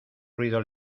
ruido